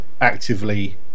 actively